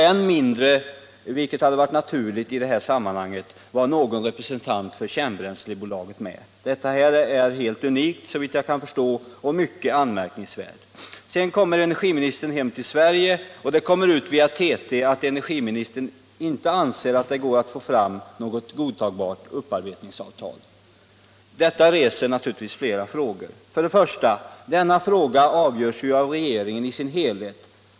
Än mindre, vilket hade varit naturligt i sammanhanget, var någon representant för Kärnbränsleförsörjning med. Detta är helt unikt, såvitt jag kan förstå, och mycket anmärkningsvärt. Sedan kommer energiministern hem till Sverige, och det kommer ut via TT att energiministern inte anser att det går att få fram något godtagbart upparbetningsavtal. Detta reser naturligtvis flera frågor: För det första: Denna fråga avgörs ju av regeringen i dess helhet.